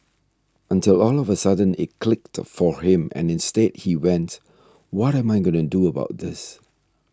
until all of a sudden it clicked for him and instead he went what am I doing about this